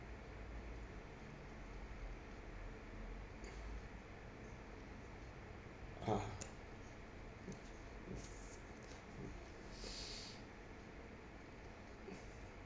ah